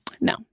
No